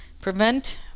prevent